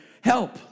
help